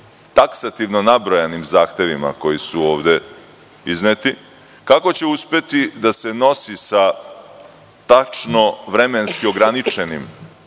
taksativno nabrojanim zahtevima koji su ovde izneti, kako će uspeti da se nosi sa tačno vremenski ograničenim